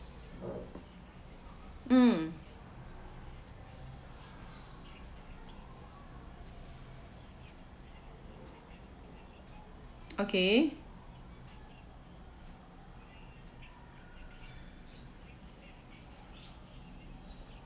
um okay